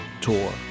tour